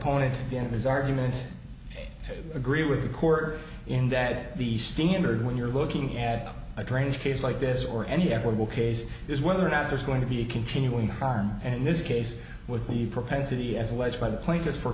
in his argument agree with the court in that the standard when you're looking at a train case like this or any ever will case is whether or not there's going to be continuing harm and in this case with the propensity as alleged by the plaintiffs for